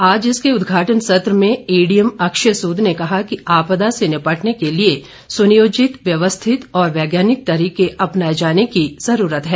आज इसके उदघाटन सत्र में एडीएम अक्षय सूद ने कहा कि आपदा से निपटने के लिए सुनियोजित व्यवस्थित और वैज्ञानिक तरीके अपनाए जाने की जरूरत है